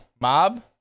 Mob